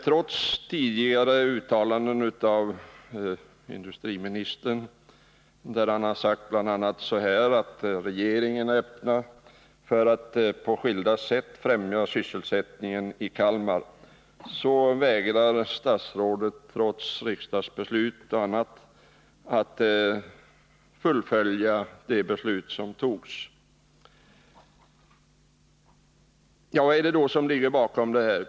Trots tidigare uttalanden av industriministern, där han har sagt bl.a. att regeringen är öppen för att på skilda sätt främja sysselsättningen i Kalmar vägrar statsrådet, trots riksdagsbeslut och annat, att fullfölja det beslut som fattats. Vad är det då som ligger bakom det här?